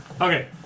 Okay